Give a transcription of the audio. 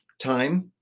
time